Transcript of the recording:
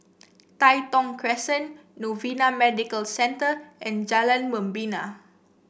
Tai Thong Crescent Novena Medical Centre and Jalan Membina